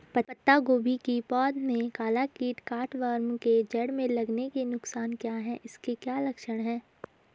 पत्ता गोभी की पौध में काला कीट कट वार्म के जड़ में लगने के नुकसान क्या हैं इसके क्या लक्षण हैं?